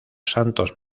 santos